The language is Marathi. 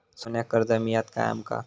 सोन्याक कर्ज मिळात काय आमका?